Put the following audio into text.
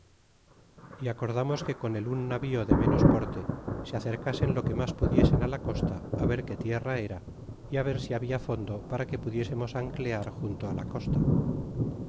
y acordamos que con el un navío de ménos porte se acercasen lo que mas pudiesen la costa ver qué tierra era y ver si habla fondo para que pudiesemos anclear junto la costa